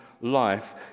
life